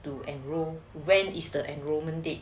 to enrol when is the enrolment date